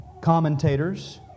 commentators